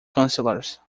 councillors